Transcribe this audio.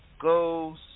goes